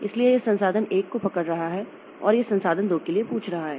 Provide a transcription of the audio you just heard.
इसलिए यह संसाधन 1 को पकड़ रहा है और यह संसाधन 2 के लिए पूछ रहा है